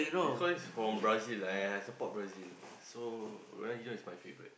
because he's from Brazil and I support Brazil so Ronaldinio is my favorite